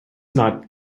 not